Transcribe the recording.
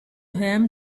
him